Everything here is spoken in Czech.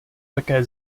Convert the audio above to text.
také